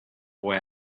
boy